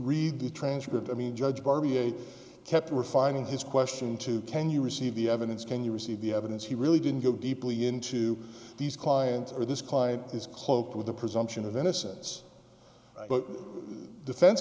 read the transcript i mean judge bar b a kept refining his question to can you receive the evidence can you receive the evidence he really didn't go deeply into these clients or this client is cloaked with the presumption of innocence but the defen